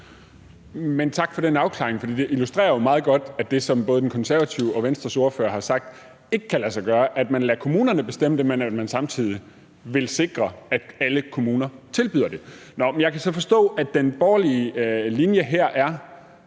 (S): Tak for den afklaring, for det illustrerer jo meget godt, at det, som både den konservative ordfører og Venstres ordfører har sagt, ikke kan lade sig gøre: at man lader kommunerne bestemme, men at man samtidig vil sikre, at alle kommuner tilbyder det. Nå, men jeg kan så forstå, at den borgerlige linje her er,